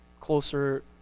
closer